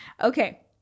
Okay